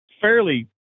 fairly